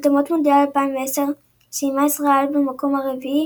במוקדמות מונדיאל 2010 סיימה ישראל במקום הרביעי